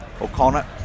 O'Connor